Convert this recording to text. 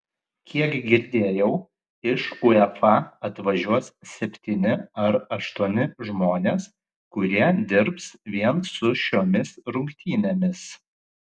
kiek girdėjau iš uefa atvažiuos septyni ar aštuoni žmonės kurie dirbs vien su šiomis rungtynėmis